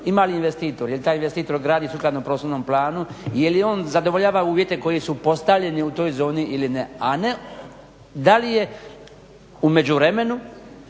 ima li investitor jer taj investitor gradi sukladno Prostornom planu, je li on zadovoljava uvjete koji su postavljeni u toj zoni a ne da li je u međuvremenu